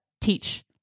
teach